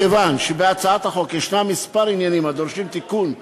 מכיוון שבהצעת החוק ישנם כמה עניינים הדורשים תיקון והתאמות,